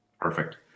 Perfect